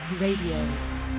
Radio